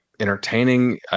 entertaining